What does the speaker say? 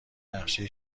نقشه